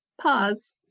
pause